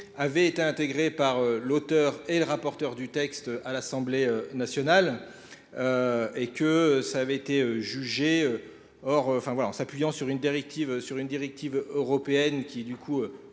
avait été intégrée par l'auteur et le rapporteur du texte à l'Assemblée nationale. et que ça avait été jugé en s'appuyant sur une directive européenne qui du coup